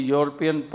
European